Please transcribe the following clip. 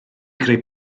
greu